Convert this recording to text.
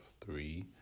three